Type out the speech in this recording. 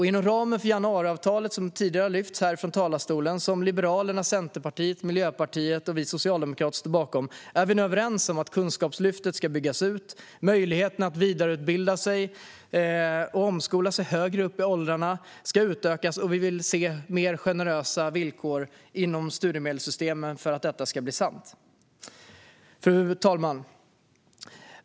Inom ramen för januariavtalet, som lyftes fram här i talarstolen tidigare och som Liberalerna, Centerpartiet, Miljöpartiet och Socialdemokraterna står bakom, är vi överens om att Kunskapslyftet ska byggas ut, att möjligheten att vidareutbilda eller omskola sig högre upp i åldrarna ska utökas och att vi vill se mer generösa villkor inom studiemedelssystemet för att detta ska bli sant. Fru talman!